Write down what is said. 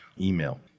email